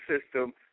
system